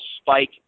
spike